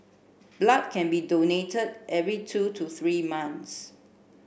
blood can be donated every two to three months